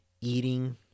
eating